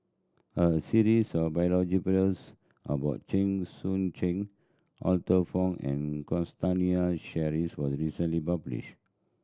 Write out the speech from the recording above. a series of about Chen Sucheng Arthur Fong and Sheares was recently published